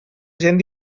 gent